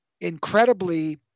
incredibly